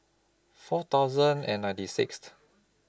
four thousand and ninety Sixth